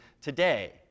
today